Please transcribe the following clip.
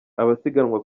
abasiganwa